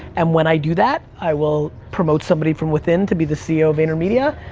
and when i do that, i will promote somebody from within to be the ceo of vaynermedia,